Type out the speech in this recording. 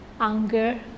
anger